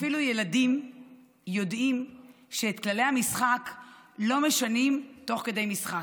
אפילו ילדים יודעים שאת כללי המשחק לא משנים תוך כדי משחק,